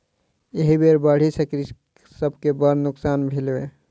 एहि बेर बाढ़ि सॅ कृषक सभ के बड़ नोकसान भेलै